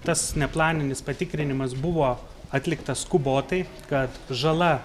tas neplaninis patikrinimas buvo atliktas skubotai kad žala